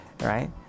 right